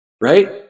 right